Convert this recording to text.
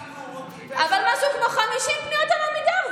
אם אנחנו רוצים, אבל משהו כמו 50 פניות על עמידר.